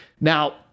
Now